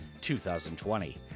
2020